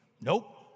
Nope